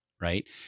right